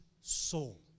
soul